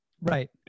right